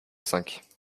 cinq